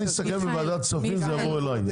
אני אסכם עם ועדת כספים שזה יעבור אליי,